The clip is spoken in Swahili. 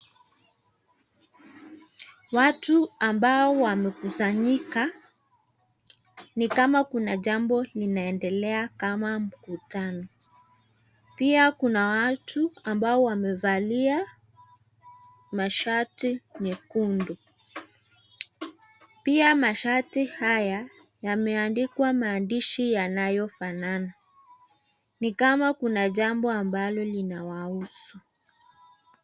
Watu ambao wamekusanyika nikama kuna jambo linaendelea kama mkutano. Pia kuna watu ambao wamevali mashati nyekundu, pia mashati haya yameandikwa maandishi yanayo fanana. Nikama kuna jambo ambalo linawahusu.